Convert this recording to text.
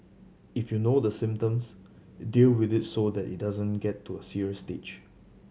if you know the symptoms deal with it so that it doesn't get to a serious stage